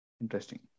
Interesting